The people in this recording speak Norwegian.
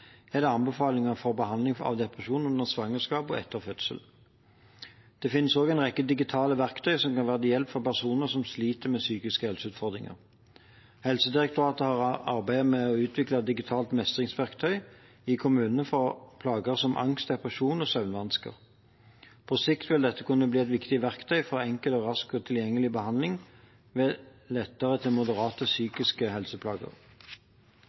er det anbefalinger for behandling av depresjon under svangerskap og etter fødsel. Det finnes også en rekke digitale verktøy som kan være til hjelp for personer som sliter med psykiske helseutfordringer. Helsedirektoratet har arbeidet med å utvikle et digitalt mestringsverktøy i kommunene for plager som angst, depresjon og søvnvansker. På sikt vil dette kunne bli et viktig verktøy for enkel, rask og tilgjengelig behandling ved lette til moderate psykiske helseplager.